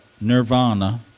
nirvana